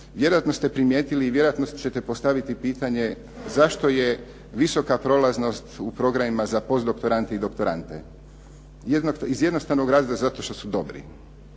Vjerojatno ste primijetili i vjerojatno ćete postaviti pitanje zašto je visoka prolaznost u programima za postdoktorante i doktorante? Iz jednostavnog razloga zato što su dobri.